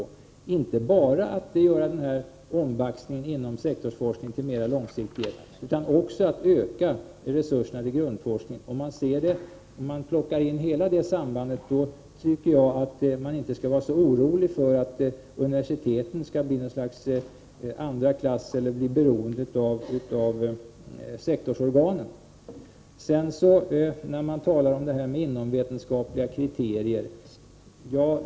Vi vill alltså inte bara göra ombaxningen inom sektorsforskningen till mer långsiktighet, utan också öka resurserna till grundforskningen. Om man ser hela det sambandet, behöver man inte vara så orolig för att universiteten skall bli något slags andraklassinstitutioner eller bli beroende av sektorsorganen. Det talas här om inomvetenskapliga kriterier.